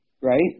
right